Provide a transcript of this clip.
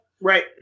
right